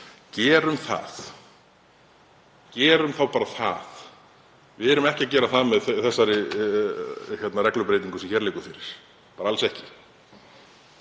Gerum það, gerum þá bara það. Við erum ekki að gera það með þeirri reglubreytingu sem hér liggur fyrir, alls ekki.